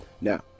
now